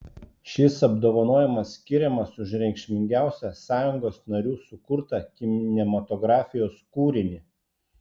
šis apdovanojimas skiriamas už reikšmingiausią sąjungos narių sukurtą kinematografijos kūrinį